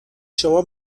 شما